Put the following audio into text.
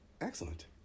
excellent